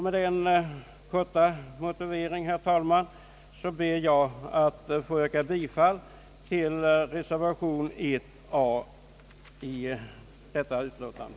Med denna korta motivering ber jag, herr talman, att få yrka bifall till reservation 1 a i förevarande utlåtande.